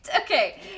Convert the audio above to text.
Okay